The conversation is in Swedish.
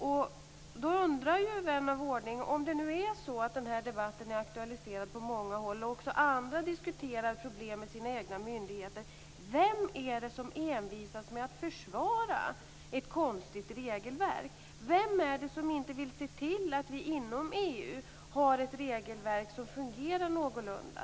Vän av ordning undrar då, om det nu är så att den här debatten är aktualiserad på många håll och man också i andra länder diskuterar problem med sina myndigheter: Vem är det som envisas med att försvara ett konstigt regelverk? Vem är det som inte vill se till att vi inom EU har ett regelverk som fungerar någorlunda?